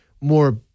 more